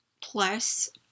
Plus